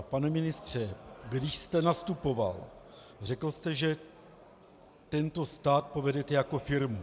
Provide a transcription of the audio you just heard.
Pane ministře, když jste nastupoval, řekl jste, že tento stát povedete jako firmu.